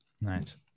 Nice